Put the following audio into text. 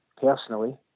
personally